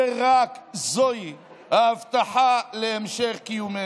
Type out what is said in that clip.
ורק זו ההבטחה להמשך קיומנו.